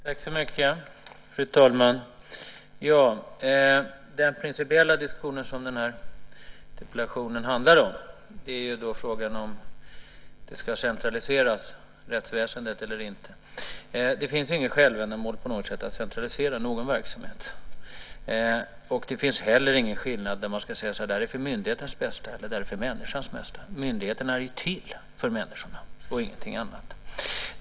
Fru talman! Den principiella fråga som den här interpellationen handlar om är om rättsväsendet ska centraliseras eller inte. Det finns inget självändamål på något sätt med att centralisera någon verksamhet. Det finns heller ingen sådan skillnad att man kan säga att det där är för myndighetens bästa och det där är för människans bästa. Myndigheterna är ju till för människorna och ingenting annat.